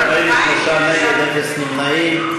אפס נמנעים.